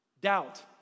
Doubt